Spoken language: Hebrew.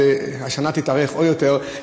אז השנה תתארך עוד יותר.